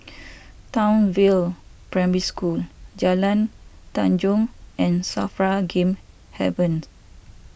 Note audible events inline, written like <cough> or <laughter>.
Townsville Primary School Jalan Tanjong and Safra Game Haven <unintelligible>